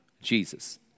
Jesus